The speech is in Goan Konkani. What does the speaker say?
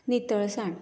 नितळसाण